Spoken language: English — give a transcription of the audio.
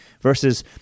versus